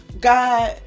God